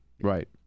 Right